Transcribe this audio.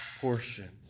portion